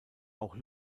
auch